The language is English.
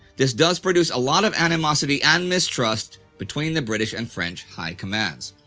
this does produce a lot of animosity and mistrust between the british and french high commands.